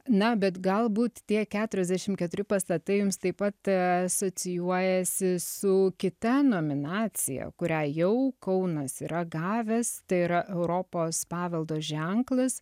na bet galbūt tie keturiasdešim keturi pastatai jums taip pat asocijuojasi su kita nominacija kurią jau kaunas yra gavęs tai yra europos paveldo ženklas